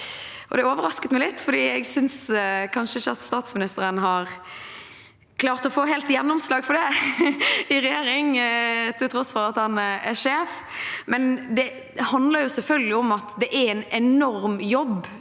Det overrasket meg litt, for jeg synes kanskje ikke at statsministeren har klart å få helt gjennomslag for det i regjering, til tross for at han er sjef. Det handler selvfølgelig om at det er en enorm jobb.